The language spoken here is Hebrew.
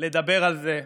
לדבר על זה,